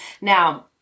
Now